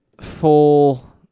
full